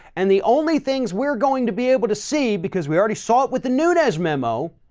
and the only things we're going to be able to see, because we already saw it with the nunes memo,